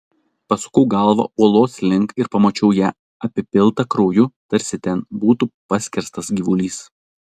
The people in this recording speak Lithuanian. pasukau galvą uolos link ir pamačiau ją apipiltą krauju tarsi ten būtų paskerstas gyvulys